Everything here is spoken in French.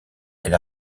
elle